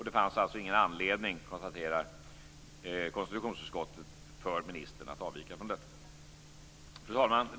Det fanns alltså ingen anledning, konstaterar konstitutionsutskottet, för ministern att avvika från detta. Fru talman!